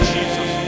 Jesus